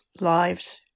lives